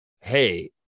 hey